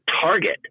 target